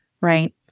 Right